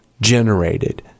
generated